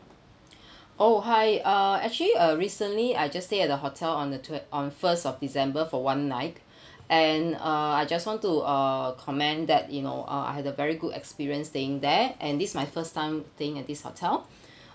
oh hi uh actually uh recently I just stay at the hotel on the twen~ on first of december for one night and uh I just want to uh comment that you know uh I had a very good experience staying there and this my first time staying at this hotel